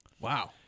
Wow